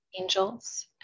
Angels